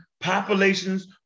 populations